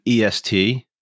EST